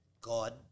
God